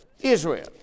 Israel